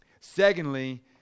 Secondly